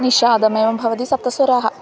निषादमेव भवति सप्तस्वराः